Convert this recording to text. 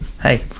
hey